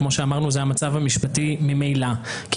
כמו שאמרנו זה המצב המשפטי ממילא כי